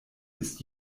ist